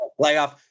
playoff